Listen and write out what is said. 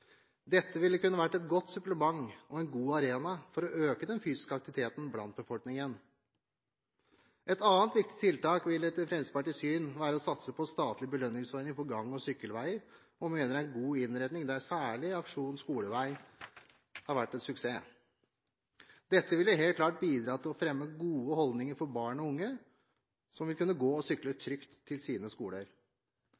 Dette ville kunne vært et godt supplement og en god arena for å øke den fysiske aktiviteten blant befolkningen. Et annet viktig tiltak ville etter Fremskrittspartiets syn være å satse på statlig belønningsordning for gang- og sykkelveier. Vi mener det er en god innretning der særlig Aksjon skoleveg har vært en suksess. Dette ville helt klart bidra til å fremme gode holdninger for barn og unge som vil kunne gå og sykle